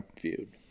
viewed